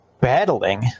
battling